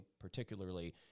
particularly